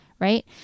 right